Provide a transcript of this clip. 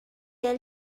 der